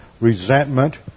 resentment